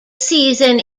season